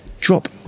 drop